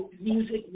music